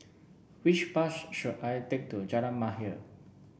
which bus should I take to Jalan Mahir